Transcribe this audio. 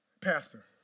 Pastor